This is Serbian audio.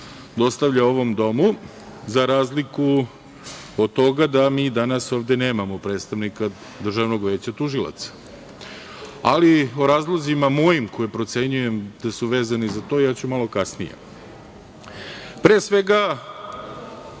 dostavljao ovom Domu, za razliku od toga da mi danas ovde nemamo predstavnika Državnog veća tužilaca. Ali, o razlozima mojim koje procenjujem da su vezani za to ja ću malo kasnije. Pre svega,